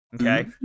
Okay